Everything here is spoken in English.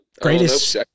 Greatest